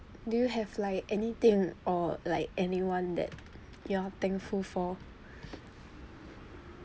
do you have like anything or like anyone that you're thankful for